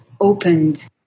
opened